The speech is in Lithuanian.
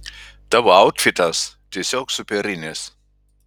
tavo autfitas tiesiog superinis